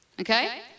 Okay